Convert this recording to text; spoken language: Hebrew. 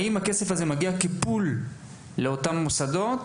האם הכסף הזה מגיע כפול לאותם המוסדות